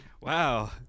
Wow